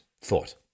thought